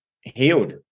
healed